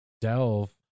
Delve